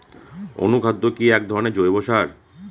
অনুখাদ্য কি এক ধরনের জৈব সার?